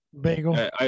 bagel